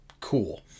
cool